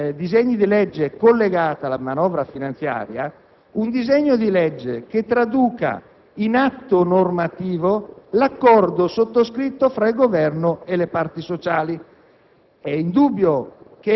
giovedì, tra i disegni di legge collegati alla manovra finanziaria ve ne è uno che traduce in atto normativo l'accordo sottoscritto tra il Governo e le parti sociali.